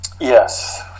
Yes